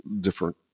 different